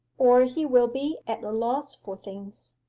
or he will be at a loss for things.